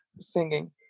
singing